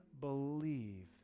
believe